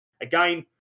Again